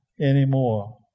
anymore